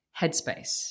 headspace